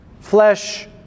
Flesh